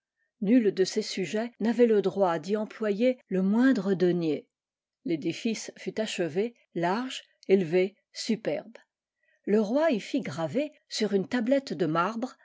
nul de ses sujets n'avait le droit d'y employer le moindre denier l'édifice fut achevé large élevé superbe le roi y lit graver sur une tablette de marbre